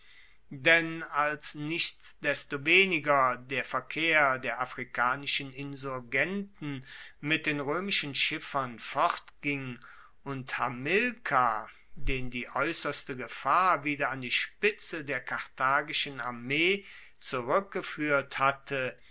denn als nichtsdestoweniger der verkehr der afrikanischen insurgenten mit den roemischen schiffern fortging und hamilkar den die aeusserste gefahr wieder an die spitze der karthagischen armee zurueckgefuehrt hatte